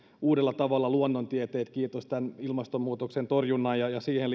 uudella tavalla luonnontieteet kiitos tämän ilmastonmuutoksen torjunnan ja siihen